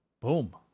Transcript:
boom